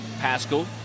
Pascal